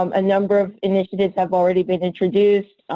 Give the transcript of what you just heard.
um a number of initiatives have already been introduced.